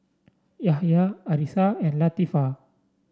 Yahya Arissa and Latifa